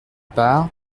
part